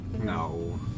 No